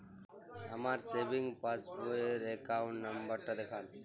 আমার সেভিংস পাসবই র অ্যাকাউন্ট নাম্বার টা দেখান?